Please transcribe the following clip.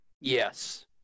yes